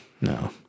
no